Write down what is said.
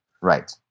Right